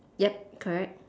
yup correct